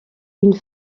une